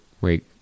wait